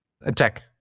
Attack